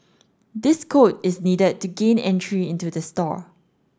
this code is needed to gain entry into the store